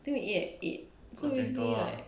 think we eat at eight so basically like